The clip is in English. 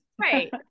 Right